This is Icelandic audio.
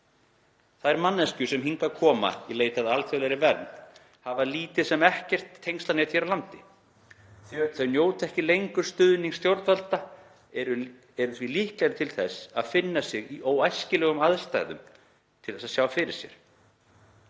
Þær manneskjur sem hingað koma í leit að alþjóðlegri vernd hafa yfirleitt lítið eða ekkert tengslanet hér á landi. Þau sem njóta ekki lengur stuðnings stjórnvalda, eru því líklegri til þess að finna sig í óæskilegum aðstæðum til þess eins að sjá fyrir sér.